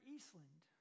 Eastland